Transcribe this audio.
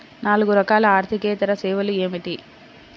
నాలుగు రకాల ఆర్థికేతర సేవలు ఏమిటీ?